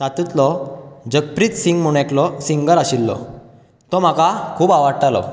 तातुंतलो जकप्रीत सिंग म्हुण एकलो सिंगर आशिल्लो तो म्हाका खूब आवडटालो